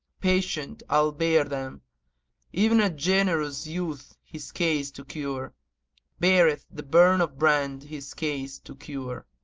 patient i'll bear them e'en as generous youth his case to cure beareth the burn of brand his case to cure.